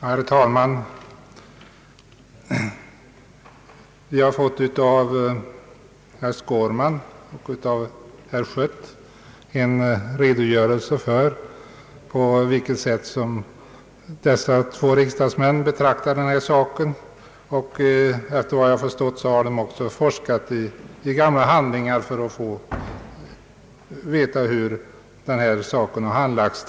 Herr talman! Vi har här av herr Skårman och herr Schött fått en redogörelse för på vilket sätt dessa två riksdagsmän betraktar denna fråga, och efter vad jag förstått har de också forskat i gamla handlingar för att få reda på hur saken tidigare handlagts.